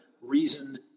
reason